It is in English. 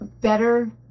better